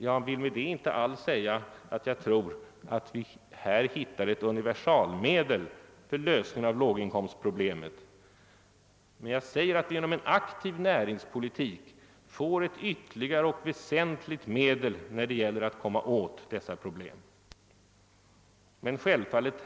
Jag vill därmed inte alls säga att jag tror att vi har hittat ett universalmedel för lösning av låginkomstproblemet, men genom en aktiv näringslivspolitik får vi ett ytterligare och väsentligt medel för att komma åt dessa problem.